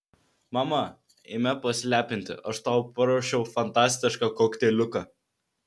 mama eime pasilepinti aš tau paruošiau fantastišką kokteiliuką